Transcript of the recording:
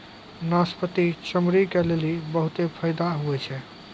नाशपती चमड़ी के लेली बहुते फैदा हुवै छै